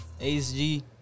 ASG